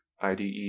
IDE